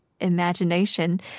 imagination